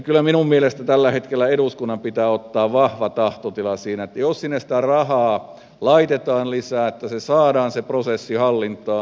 kyllä minun mielestäni tällä hetkellä eduskunnan pitää ottaa vahva tahtotila siinä että jos sinne sitä rahaa laitetaan lisää se prosessi on saatava hallintaan